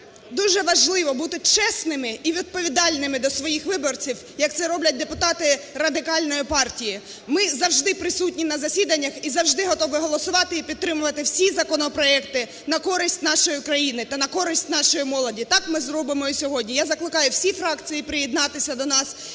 важливо бути чесними і відповідальними до своїх виборців, як це роблять депутати Радикальної партії. Ми завжди присутні на засіданнях і завжди готові голосувати і підтримувати всі законопроекти на користь нашої країни та на користь нашої молоді. Так ми зробимо і сьогодні. Я закликаю всі фракції приєднатися і